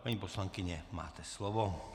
Paní poslankyně, máte slovo.